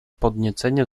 podniecenie